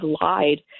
lied